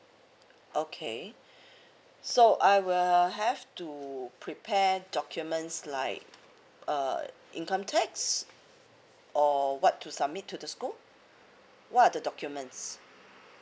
okay so I will have to prepare documents like uh income tax or what to submit to the school what are the documents